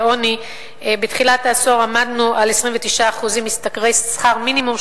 לעוני: בתחילת העשור עמדנו על 29% משתכרי שכר מינימום,